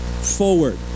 forward